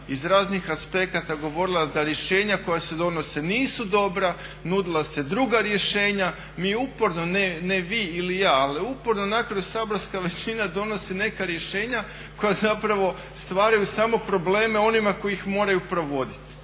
iz raznih aspekata govorila da rješenja koja se donose nisu dobra, nudila su se druga rješenja. Mi uporno, ne vi ili ja ali uporno na kraju saborska većina donosi neka rješenja koja zapravo stvaraju samo probleme onima koji ih moraju provoditi.